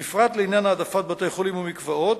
בפרט לעניין העדפת בתי-חולים ומקוואות,